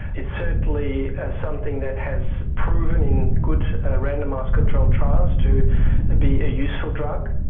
it's certainly something that has proven in good randomised controlled trials to be a useful drug.